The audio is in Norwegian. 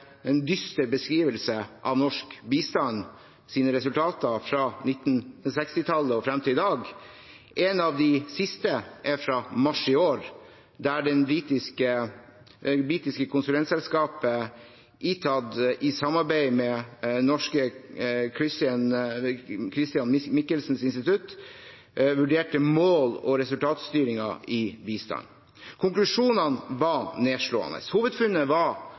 en dyster beskrivelse av norsk bistands resultater fra 1960-tallet og fram til i dag. En av de siste er fra mars i år, der det britiske konsulentselskapet Itad i samarbeid med det norske Chr. Michelsens Institutt vurderte mål- og resultatstyringen i bistanden. Konklusjonen var nedslående. Hovedfunnet var